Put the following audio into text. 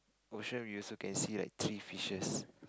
ocean we also can see like three fishes